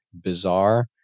bizarre